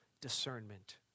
discernment